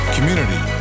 Community